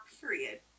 Period